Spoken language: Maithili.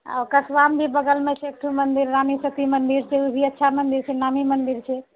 अऽ कस्बामे भी बगलमे छै एकठो मन्दिर रानीसती मंदिर ओ भी अच्छा मन्दिर छै नामी मन्दिर छै